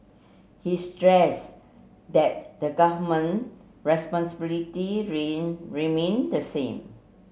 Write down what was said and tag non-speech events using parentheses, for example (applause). he stress that the Government responsibility (unintelligible) remain the same